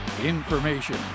information